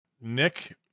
Nick